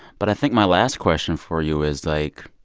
but i think my last question for you is, like